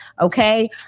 okay